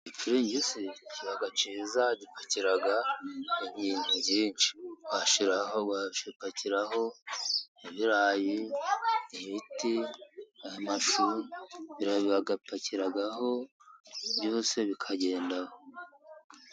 Igipirigisi kiba cyiza gipakira ibintu byinshi, bapakiraho: ibirayi, ibiti, amashu, ibirayi babipakiraho byose bikagenda.